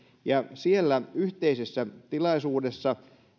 siellä yhteisessä tilaisuudessa